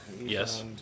Yes